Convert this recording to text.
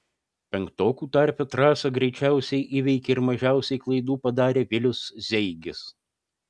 penktokų tarpe trasą greičiausiai įveikė ir mažiausiai klaidų padarė vilius zeigis